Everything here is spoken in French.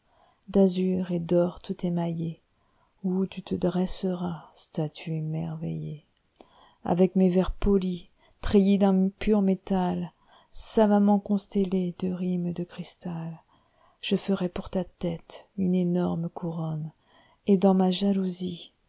d'azur et d'or tout émaillée où tu te dresseras statue émerveillée avec mes vers polis treillis d'un pur métalsavamment constellé de rimes de cristal je ferai pour ta tête une énorme couronne et dans ma jalousie